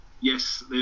Yes